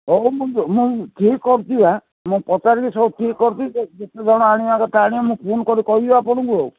ହଉ ମୁଁ ମୁଁ ଠିକ୍ କରୁଛି ବା ମୁଁ ପଚାରିକି ସବୁ ଠିକ କରୁଛିି ଯେ ଯେତେଜଣ ଆଣିବା କଥା ଆଣିବେ ମୁଁ ଫୋନ୍ କରି କହିବି ଆପଣଙ୍କୁ ଆଉ